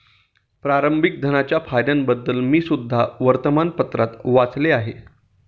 प्रारंभिक धनाच्या फायद्यांबद्दल मी सुद्धा वर्तमानपत्रात वाचले आहे